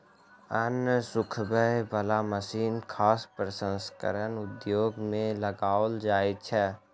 अन्न सुखबय बला मशीन खाद्य प्रसंस्करण उद्योग मे लगाओल जाइत छै